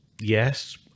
yes